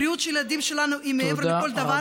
הבריאות של הילדים שלנו היא מעבר לכל דבר.